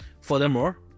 Furthermore